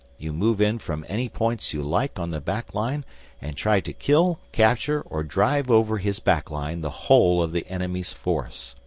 you move in from any points you like on the back line and try to kill, capture, or drive over his back line the whole of the enemy's force.